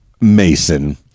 Mason